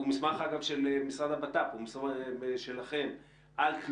הוא מסמך של המשרד לביטחון פנים - ובו כתוב